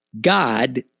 God